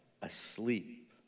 Asleep